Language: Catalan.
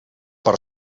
per